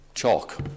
chalk